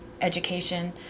education